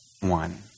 one